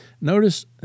Notice